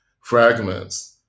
fragments